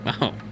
Wow